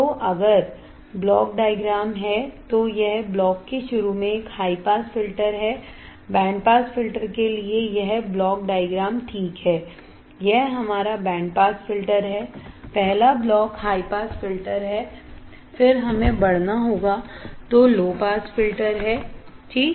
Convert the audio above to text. तो अगर block diagram है तो यह ब्लॉक के शुरू में एक हाई पास फिल्टर है बैंड पास फिल्टर के लिए यह ब्लॉक डायग्रामठीक है यह हमारा बैंड पास फिल्टर है पहला ब्लॉक हाई पास फिल्टर है फिर हमें बढ़ना होगा तो लो पास फिल्टर है ठीक